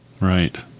Right